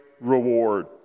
reward